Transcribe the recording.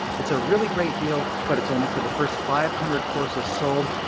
it's a really great deal but it's only for the first five hundred courses sold,